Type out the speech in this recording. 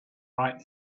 right